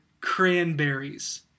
cranberries